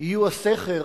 יהיו הסכר